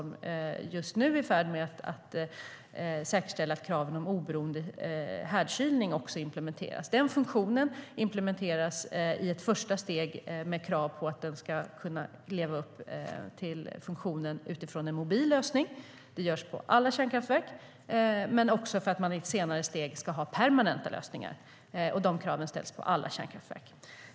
Den är just nu i färd med att säkerställa att kraven om oberoende härdkylning implementeras. Den funktionen implementeras i ett första steg med krav på att den ska kunna leva upp till funktionen utifrån en mobil lösning. Det görs på alla kärnkraftverk också för att man i ett senare steg ska ha permanenta lösningar. De kraven ställs på alla kärnkraftverk.